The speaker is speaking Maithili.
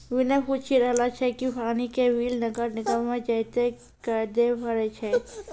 विनय पूछी रहलो छै कि पानी के बिल नगर निगम म जाइये क दै पड़ै छै?